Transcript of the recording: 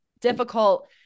difficult